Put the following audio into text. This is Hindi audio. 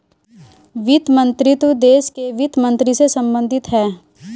वित्त मंत्रीत्व देश के वित्त मंत्री से संबंधित है